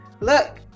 Look